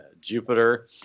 Jupiter